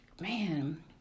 man